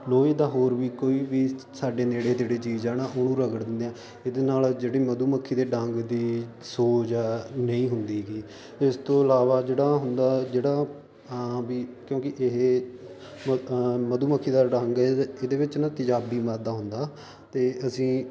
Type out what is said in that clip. ਲੋਹੇ ਦਾ ਹੋਰ ਵੀ ਕੋਈ ਵੀ ਸਾਡੇ ਨੇੜੇ ਤੇੜੇ ਚੀਜ਼ ਆ ਹੈ ਨਾ ਉਹਨੂੰ ਰਗੜ ਦਿੰਦੇ ਹਾਂ ਇਹਦੇ ਨਾਲ ਜਿਹੜੀ ਮਧੂ ਮੱਖੀ ਦੇ ਡੰਗ ਦੀ ਸੋਜ ਆ ਨਹੀਂ ਹੁੰਦੀ ਗੀ ਇਸ ਤੋਂ ਇਲਾਵਾ ਜਿਹੜਾ ਹੁੰਦਾ ਜਿਹੜਾ ਵੀ ਕਿਉਂਕਿ ਇਹ ਮ ਮਧੂਮੱਖੀ ਦਾ ਜਿਹੜਾ ਡੰਗ ਇਦੇ ਇਹਦੇ ਵਿੱਚ ਨਾ ਤੇਜ਼ਾਬੀ ਮਾਦਾ ਹੁੰਦਾ ਅਤੇ ਅਸੀਂ